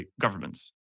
governments